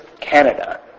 Canada